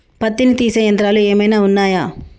పత్తిని తీసే యంత్రాలు ఏమైనా ఉన్నయా?